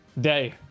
Day